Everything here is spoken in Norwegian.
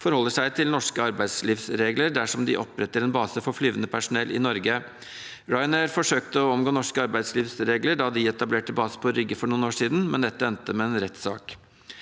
forholder seg til norske arbeidslivsregler dersom de oppretter en base for flygende personell i Norge. Ryanair forsøkte å omgå norske arbeidslivsregler da de etablerte base på Rygge for noen år siden, men dette endte med en rettssak.